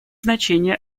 значение